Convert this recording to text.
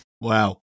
Wow